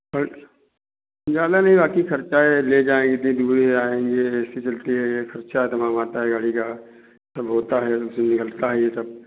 पर ज्यादा नही बाकी खर्चा है ले जाएंगे इतनी दूर ले आएंगे ए सी चल कर खर्चा तमाम आता है गाड़ी का तब होता है जैसे लगता है ये सब